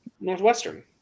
Northwestern